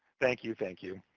thank you, thank you.